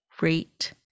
rate